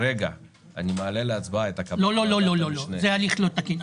כרגע אני מעלה להצבעה --- לא, זה הליך לא תקין.